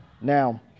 Now